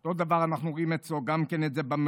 אותו דבר אנחנו רואים אצלו גם במעונות.